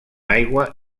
aigua